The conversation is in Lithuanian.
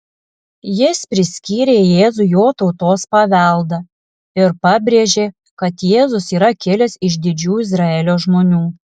jis priskyrė jėzui jo tautos paveldą ir pabrėžė kad jėzus yra kilęs iš didžių izraelio žmonių